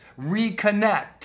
reconnect